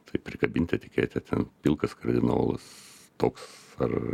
tai prikabinti etiketę ten pilkas kardinolas toks ar